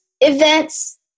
events